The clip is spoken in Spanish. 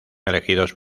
elegidos